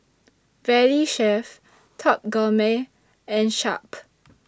Valley Chef Top Gourmet and Sharp